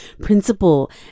principal